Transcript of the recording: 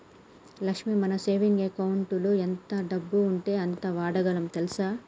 లక్ష్మి మన సేవింగ్ అకౌంటులో ఎంత డబ్బు ఉంటే అంత వాడగలం తెల్సా